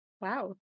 wow